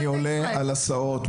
אני עולה על הסעות,